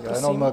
Prosím.